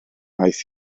aeth